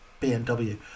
BMW